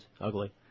Ugly